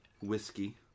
Whiskey